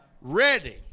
ready